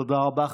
תודה רבה.